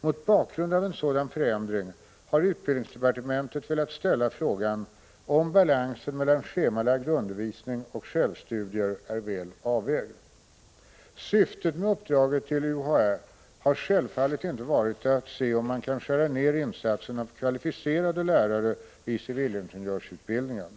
Mot bakgrund av en sådan förändring har utbildningsdepartementet velat ställa frågan om balansen mellan schemalagd undervisning och självstudier är väl avvägd. Syftet med uppdraget till UHÄ har självfallet inte varit att se om man kan skära ner insatsen av kvalificerade lärare i civilingenjörsutbildningen. Prot.